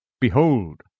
Behold